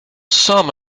some